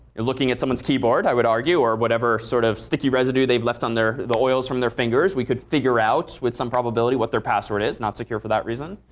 looking at someone's keyboard, i would argue, or whatever sort of sticky residue they've left on their the oils from their fingers. we could figure out with some probability what their password is. not secure for that reason.